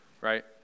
Right